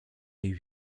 jej